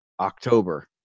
October